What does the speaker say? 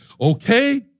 okay